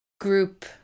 group